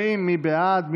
40. מי בעד?